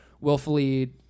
willfully